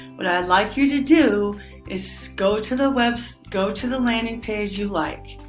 what i'd like you to do is so go to the website, go to the landing page you like.